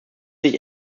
sich